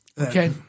Okay